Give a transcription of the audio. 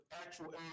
actual